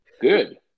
Good